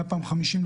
היה פעם 50,